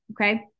okay